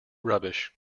rubbish